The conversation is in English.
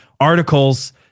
articles